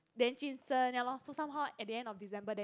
then jun sheng ya lor so somehow at the end of December and then